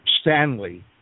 Stanley